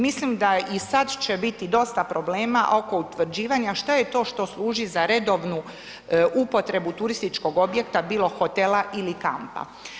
Mislim da i sad će biti dosta problema oko utvrđivanja šta je to što služi za redovnu upotrebu turističkog objekta bilo hotela ili kampa.